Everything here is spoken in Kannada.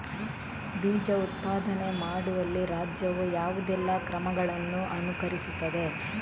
ಬೀಜ ಉತ್ಪಾದನೆ ಮಾಡುವಲ್ಲಿ ರಾಜ್ಯವು ಯಾವುದೆಲ್ಲ ಕ್ರಮಗಳನ್ನು ಅನುಕರಿಸುತ್ತದೆ?